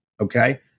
okay